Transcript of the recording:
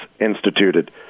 instituted